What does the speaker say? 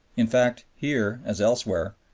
in fact, here, as elsewhere,